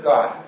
God